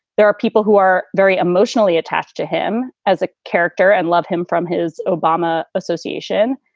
there are people who are very emotionally attached to him as a character and love him from his obama association.